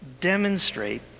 demonstrate